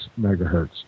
megahertz